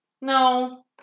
no